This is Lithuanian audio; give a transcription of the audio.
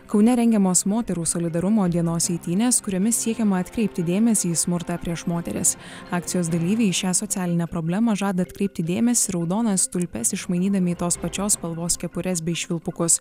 kaune rengiamos moterų solidarumo dienos eitynės kuriomis siekiama atkreipti dėmesį į smurtą prieš moteris akcijos dalyviai į šią socialinę problemą žada atkreipti dėmesį raudonas tulpes išmainydami į tos pačios spalvos kepures bei švilpukus